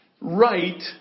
right